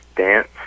Dance